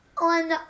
on